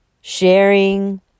sharing